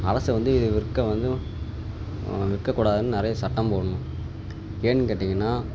அரசு வந்து இது விற்க வந்து விற்கக்கூடாதுன்னு நிறைய சட்டம் போடணும் ஏன்னு கேட்டீங்கன்னா